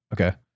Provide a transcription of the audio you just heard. Okay